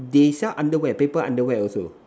they sell underwear paper underwear also